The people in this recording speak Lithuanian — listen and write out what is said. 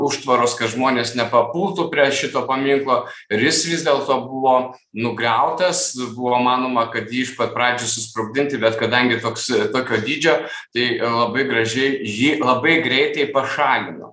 užtvaros kad žmonės nepapultų prie šito paminklo ir jis vis dėlto buvo nugriautas buvo manoma kad jį iš pat pradžių susprogdinti bet kadangi toks tokio dydžio tai labai gražiai jį labai greitai pašalino